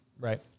right